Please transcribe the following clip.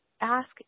ask